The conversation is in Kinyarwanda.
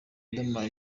riderman